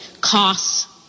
costs